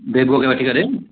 बेबूअ खे वठी करे